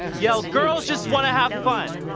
yes. girls just want to have fun